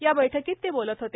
या बैठकीत ते बोलत होते